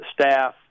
staff